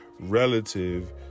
relative